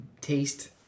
taste